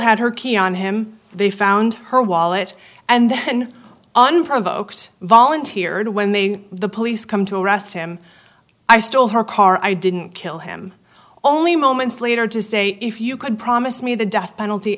had her key on him they found her wallet and then unprovoked volunteered when they the police come to arrest him i stole her car i didn't kill him only moments later to say if you could promise me the death penalty